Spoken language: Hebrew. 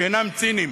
שאינם ציניים,